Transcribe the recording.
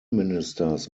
ministers